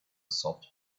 soft